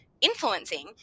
influencing